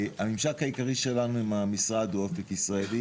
הממשק העיקרי שלנו עם המשרד הוא אופק ישראלי.